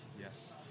Yes